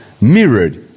mirrored